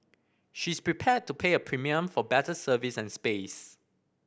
she is prepared to pay a premium for better service and space